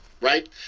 right